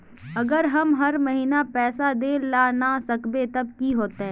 अगर हम हर महीना पैसा देल ला न सकवे तब की होते?